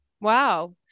wow